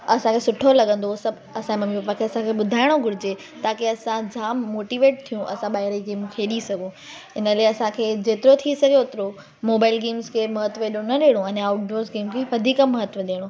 असांखे सुठो लॻंदो सभु असांजे ममी पप्पा खे असांखे बुधाइणु घुरिजे ताकी असां जामु मोटीवेट थियूं असां ॿाहिरि जीअं खेॾी सघूं हिन करे असांखे जेतिरो थी सघे होतिरो मोबाइल गेम्स खे महत्व हेॾो न ॾियणु आहे अने आउटडोर गेम्स खे वधीक महत्व ॾियणु